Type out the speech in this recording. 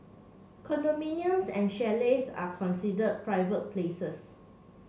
condominiums and chalets are considered private places